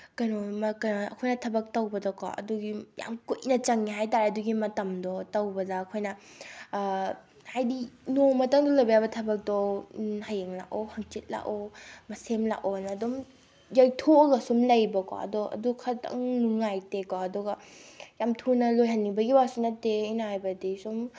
ꯀꯩꯅꯣ ꯑꯩꯈꯣꯏꯅ ꯊꯕꯛ ꯇꯧꯕꯗꯀꯣ ꯑꯗꯨꯒꯤ ꯌꯥꯝ ꯀꯨꯏꯅ ꯆꯪꯉꯦ ꯍꯥꯏꯇꯔꯦ ꯑꯗꯨꯒꯤ ꯃꯇꯝꯗꯣ ꯇꯧꯕꯗ ꯑꯩꯈꯣꯏꯅ ꯍꯥꯏꯗꯤ ꯅꯣꯡꯃꯇꯪ ꯂꯣꯏꯕ ꯌꯥꯕ ꯊꯕꯛꯇꯣ ꯍꯌꯦꯡ ꯂꯥꯛꯑꯣ ꯍꯪꯆꯤꯠ ꯂꯥꯛꯑꯣ ꯃꯁꯦꯝ ꯂꯥꯛꯑꯣꯅ ꯑꯗꯨꯝ ꯌꯩꯊꯣꯛꯑꯒ ꯁꯨꯝ ꯂꯩꯕꯀꯣ ꯑꯗꯣ ꯑꯗꯨ ꯈꯛꯇꯪ ꯅꯨꯡꯉꯥꯏꯇꯦꯀꯣ ꯑꯗꯨꯒ ꯌꯥꯝ ꯊꯨꯅ ꯂꯣꯏꯍꯟꯅꯤꯡꯕꯒꯤ ꯋꯥꯁꯨ ꯅꯠꯇꯦ ꯑꯩꯅ ꯍꯥꯏꯕꯗꯤ ꯁꯨꯝ